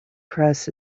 press